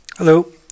Hello